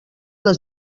les